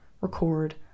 record